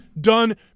done